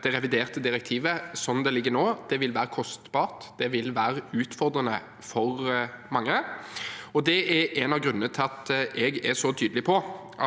det reviderte direktivet, slik det ligger nå, vil være kostbart, og det vil være utfordrende for mange. Det er en av grunnene til at jeg er så tydelig på